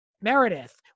Meredith